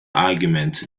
argument